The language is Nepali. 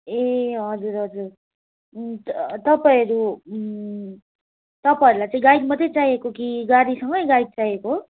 ए हजुर हजुर तपाईँहरू तपाईँहरूलाई चाहिँ गाइड मात्रै चाहिएको कि गाडीसँगै गाइड चाहिएको